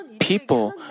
people